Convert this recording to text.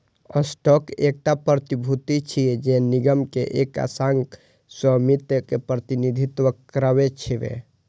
stock एकटा प्रतिभूति छियै, जे निगम के एक अंशक स्वामित्व के प्रतिनिधित्व करै छै